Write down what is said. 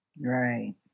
Right